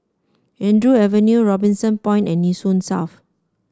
Andrew Avenue Robinson Point and Nee Soon South